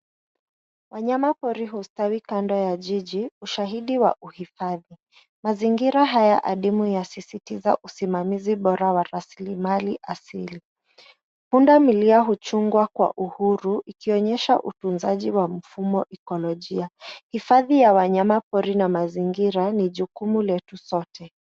Wanyama pori hustawi kando ya jiji, ushahidi wa uhifadhi. Mazingira haya adimu yasisitiza usimamizi bora wa rasilimali asili. Pundamilia huchungwa kwa uhuru ikionyesha utunzaji wa mfumo teknolojia. Hifadhi ya wanyama pori na mazingira ni jukumu letu sote.